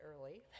early